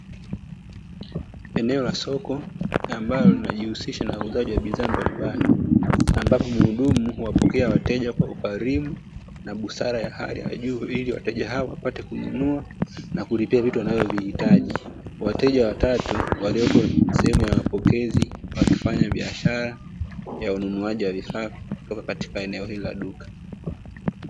Eneo la soko ambalo linajihusisha na uuzaji wa bidhaa mbalimbali. Ambapo mhudumu huwapokea wateja kwa ukarimu na busara ya hali ya juu, ili wateja hawa wapate kununua na kulipia vitu wanavyovihitaji. Wateja watatu waliopo sehemu ya mapokezi wakifanya biashara ya ununuaji wa vifaa vilivyopo katika eneo hilo la duka.